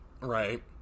Right